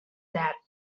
that